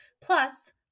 Plus